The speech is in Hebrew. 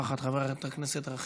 חברת הכנסת רויטל סויד,